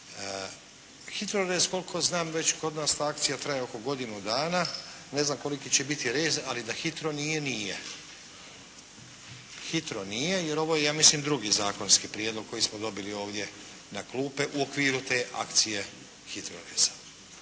HITRORez koliko znam već kod nas ta akcija traje oko godinu dana, ne znam koliki će biti rez, ali da hitro nije, nije. Hitro nije, jer ovo je ja mislim drugi zakonski prijedlog koji smo dobili ovdje na klupe u okviru te akcije HITROReza.